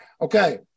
Okay